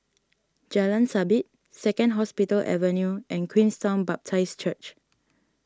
Jalan Sabit Second Hospital Avenue and Queenstown Baptist Church